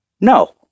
No